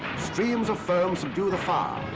streams of foam subdue the fire.